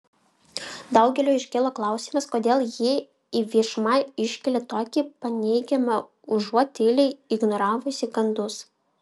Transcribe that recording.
daugeliui iškilo klausimas kodėl ji į viešumą iškėlė tokį paneigimą užuot tyliai ignoravusi gandus